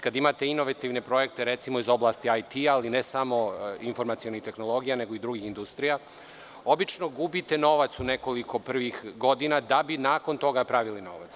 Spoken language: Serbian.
Kad imate inovativne projekte iz oblasti IT, ali ne samo informacionih tehnologija nego i drugih industrija, obično gubite novac u nekoliko prvih godina, da bi nakon toga pravili novac.